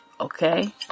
Okay